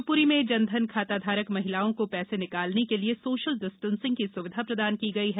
शिवपुरी में जनधन खाताधारक महिलाओं को पैसा निकालने के लिए सोशल डिस्टेसिंग की सुविधा प्रदान की गई है